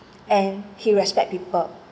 and he respect people